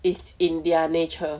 is in their nature